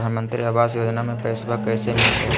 प्रधानमंत्री आवास योजना में पैसबा कैसे मिलते?